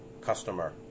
customer